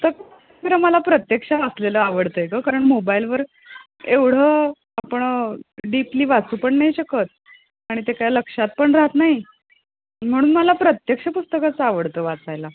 पुस्तकं जरा मला प्रत्यक्षात वाचलेलं आवडतं आहे गं कारण मोबाईलवर एवढं आपण डीपली वाचू पण नाही शकत आणि ते काय लक्षात पण राहत नाही म्हणून मला प्रत्यक्ष पुस्तकचं आवडतं वाचायला